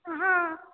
हँ